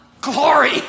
glory